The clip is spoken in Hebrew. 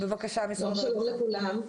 שלום לכולם,